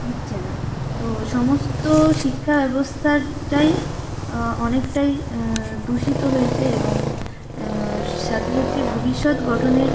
হচ্ছে না তো সমস্ত শিক্ষাব্যবস্থাটাই অনেকটাই দূষিত হয়েছে এবং ছাত্র ছাত্রীর ভবিষ্যৎ গঠনের